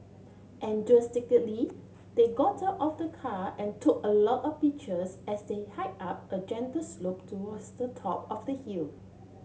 they got of the car and took a lot of pictures as they hike up a gentle slope towards the top of the hill